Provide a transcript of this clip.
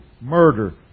murder